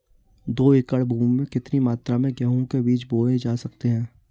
दो एकड़ भूमि में कितनी मात्रा में गेहूँ के बीज बोये जा सकते हैं?